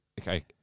okay